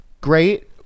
great